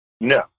No